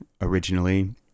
originally